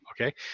Okay